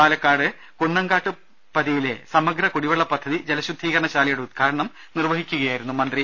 പാലക്കാട് കുന്നങ്കാട്ടു പതിയിലെ സമഗ്ര കുടിവെള്ള പദ്ധതി ജലശുദ്ധീകരണ ശാലയുടെ ഉദ്ഘാടനം നിർവഹിക്കുകയായിരുന്നു മന്ത്രി